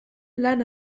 lan